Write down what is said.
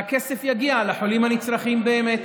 והכסף יגיע לחולים הנצרכים באמת.